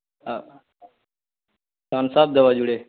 Thums Up ଦବ ଜୁଡ଼େ